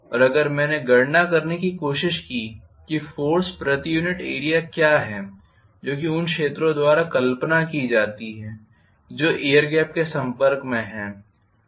और अगर मैंने गणना करने की कोशिश की कि फोर्स प्रति यूनिट एरिया क्या है जो कि उन क्षेत्रों द्वारा कल्पना की जाती है जो एयर गेप के संपर्क में है